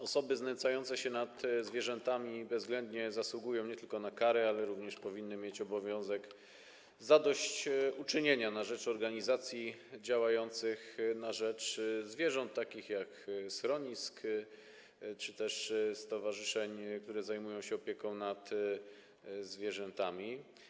Osoby znęcające się nad zwierzętami nie tylko bezwzględnie zasługują na karę, ale również powinny mieć obowiązek zadośćuczynienia na rzecz organizacji działających na rzecz zwierząt, takich jak schroniska czy też stowarzyszenia, które zajmują się opieką nad zwierzętami.